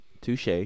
Touche